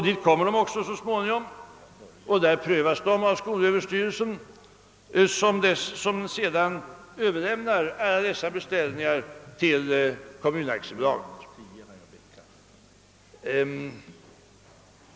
Dit kommer de också så småningom och där prövas de också av skolöverstyrelsen, som sedan överlämnar alla dessa beställningar till Kommunaktiebolaget.